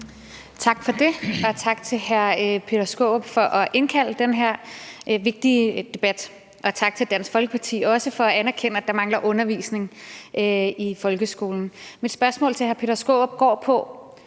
Tak for det. Og tak til hr. Peter Skaarup for at indkalde til den her vigtige debat. Også tak til Dansk Folkeparti for at anerkende, at der mangler undervisning i folkeskolen. Mit spørgsmål til hr. Peter Skaarup går på,